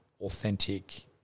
authentic